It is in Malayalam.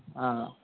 ആ